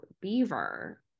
beaver